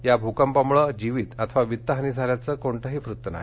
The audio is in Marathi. या भूकंपामुळे जीवित अथवा वित्त हानी झाल्याचं कोणतंही वृत्त नाही